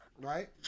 right